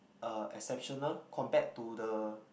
uh exceptional compared to the